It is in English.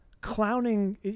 clowning